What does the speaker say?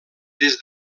des